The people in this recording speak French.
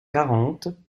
quarante